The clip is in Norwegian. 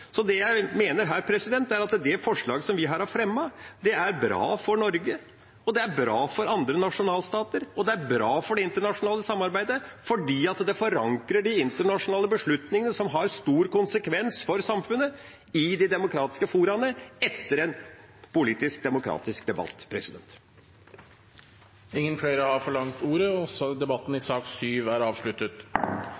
Det jeg mener, er at det forslaget vi her har fremmet, er bra for Norge, det er bra for andre nasjonalstater, og det er bra for det internasjonale samarbeidet, fordi det forankrer de internasjonale beslutningene som har stor konsekvens for samfunnet, i de demokratiske foraene etter en politisk demokratisk debatt. Flere har ikke bedt om ordet til sak nr. 7. Ingen har bedt om ordet. Stortingets ombudsmann for forvaltningen har i